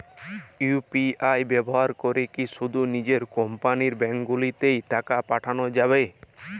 UPI ব্যবহার করে কি শুধু নিজের কোম্পানীর ব্যাংকগুলিতেই টাকা পাঠানো যাবে?